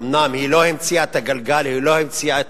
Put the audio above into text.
אומנם היא לא המציאה את הגלגל, היא לא המציאה את